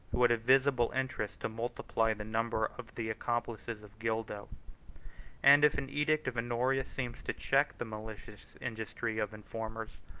who had a visible interest to multiply the number of the accomplices of gildo and if an edict of honorius seems to check the malicious industry of informers,